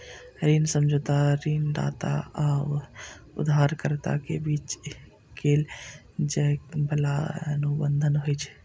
ऋण समझौता ऋणदाता आ उधारकर्ता के बीच कैल जाइ बला अनुबंध होइ छै